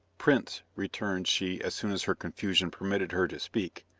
prince, returned she as soon as her confusion permitted her to speak,